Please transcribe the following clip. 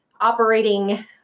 operating